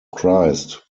christ